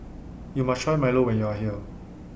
YOU must Try Milo when YOU Are here